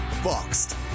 Boxed